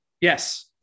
Yes